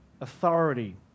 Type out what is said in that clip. authority